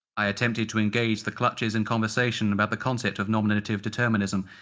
i attempted to engaged the clutches in conversation about the concept of nominative determinism,